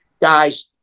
guys